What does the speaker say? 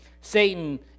Satan